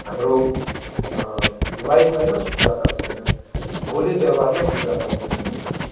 हाम्रो लवाइ खुवाइमा शुद्धता छैन बोली व्यवहारमा शुद्धता छैन भन्ने गर्छ